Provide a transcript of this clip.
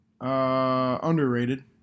Underrated